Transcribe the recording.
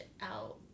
out